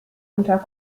unter